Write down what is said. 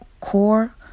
core